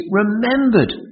remembered